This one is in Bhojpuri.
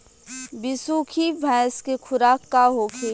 बिसुखी भैंस के खुराक का होखे?